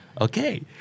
Okay